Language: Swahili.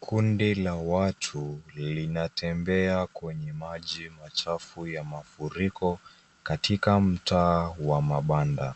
Kundi la watu linatembea kwenye maji machafu ya mafuriko katika mtaa wa mabanda.